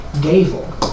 gavel